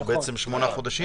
שזה בעצם שמונה חודשים?